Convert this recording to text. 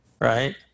right